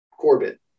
Corbett